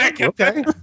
Okay